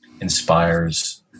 inspires